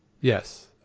Yes